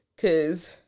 Cause